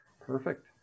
Perfect